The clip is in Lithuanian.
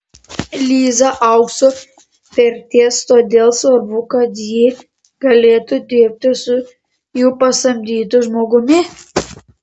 liza aukso vertės todėl svarbu kad ji galėtų dirbti su jų pasamdytu žmogumi